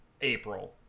April